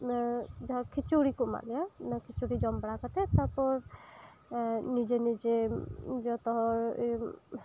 ᱡᱟᱦᱟᱸ ᱠᱷᱤᱪᱩᱲᱤ ᱠᱚ ᱮᱢᱟᱫ ᱞᱮᱭᱟ ᱚᱱᱟ ᱠᱷᱤᱪᱩᱲᱤ ᱡᱚᱢ ᱵᱟᱲᱟ ᱠᱟᱛᱮᱜ ᱛᱟ ᱯᱚᱨ ᱱᱤᱡᱮ ᱱᱤᱡᱮ ᱡᱚᱛᱚ ᱦᱚᱲ